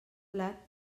plat